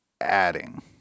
adding